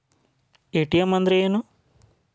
ATM ಅಂದ್ರ ಏನು?